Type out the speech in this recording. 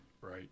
right